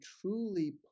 truly